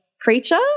creature